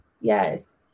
Yes